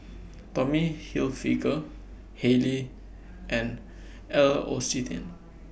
Tommy Hilfiger Haylee and L'Occitane